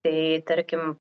tai tarkim